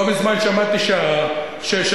לא מזמן שמעתי שנסראללה,